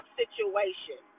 situation